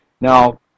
now